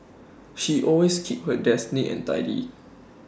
she always keeps her desk neat and tidy